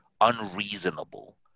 unreasonable